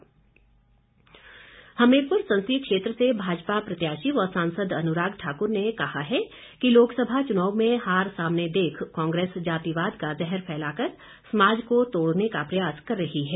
अनुराग हमीरपुर संसदीय क्षेत्र से भाजपा प्रत्याशी व सांसद अनुराग ठाकुर ने कहा है कि लोकसभा चुनाव में हार सामने देख कांग्रेस जातिवाद का जहर फैलाकर समाज को तोड़ने का प्रयास कर रही है